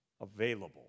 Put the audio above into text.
available